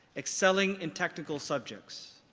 excelling in technical subjects.